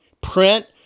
print